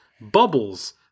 Bubbles